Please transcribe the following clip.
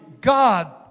God